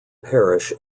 parish